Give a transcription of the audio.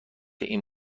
این